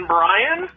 Brian